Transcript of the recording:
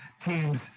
teams